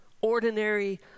ordinary